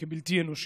בלתי אנושי.